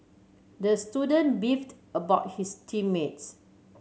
the student beefed about his team mates